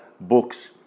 books